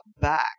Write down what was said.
back